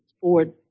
forward